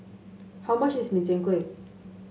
how much is Min Chiang Kueh